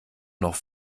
noch